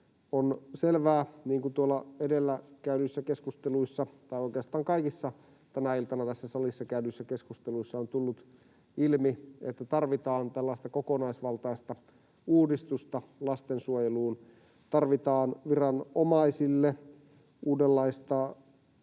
On selvää, niin kuin edellä käydyissä keskusteluissa tai oikeastaan kaikissa tänä iltana tässä salissa käydyissä keskusteluissa on tullut ilmi, että tarvitaan kokonaisvaltaista uudistusta lastensuojeluun. Tarvitaan viranomaisille uudenlaisia